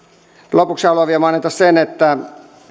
lopuksi haluan vielä mainita sen että